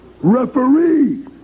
Referee